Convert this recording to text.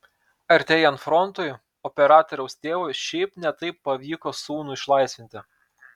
artėjant frontui operatoriaus tėvui šiaip ne taip pavyko sūnų išlaisvinti